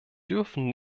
dürfen